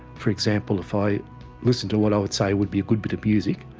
for example, if i listened to what i would say would be a good bit of music,